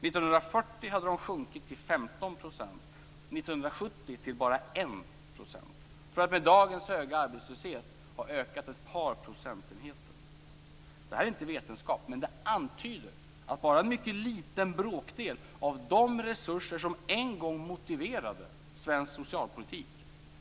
1940 hade de sjunkit till 15 % och 1970 till bara 1 %, för att med dagens höga arbetslöshet ha ökat ett par procentenheter. Det här är inte vetenskap men det antyder att bara en mycket liten bråkdel av de resurser som en gång motiverade svensk socialpolitik